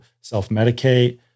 self-medicate